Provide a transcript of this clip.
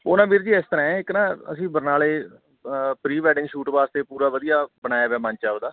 ਉਹ ਨਾ ਵੀਰ ਜੀ ਇਸ ਤਰ੍ਹਾਂ ਇੱਕ ਨਾ ਅਸੀਂ ਬਰਨਾਲੇ ਪ੍ਰੀ ਵੈਡਿੰਗ ਸ਼ੂਟ ਵਾਸਤੇ ਪੂਰਾ ਵਧੀਆ ਬਣਾਇਆ ਹੋਇਆ ਮੰਚ ਆਪਣਾ